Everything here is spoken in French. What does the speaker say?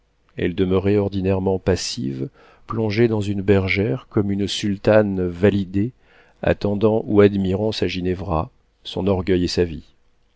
elle demeurait ordinairement passive plongée dans une bergère comme une sultane validé attendant ou admirant sa ginevra son orgueil et sa vie